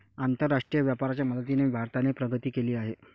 आंतरराष्ट्रीय व्यापाराच्या मदतीने भारताने प्रगती केली आहे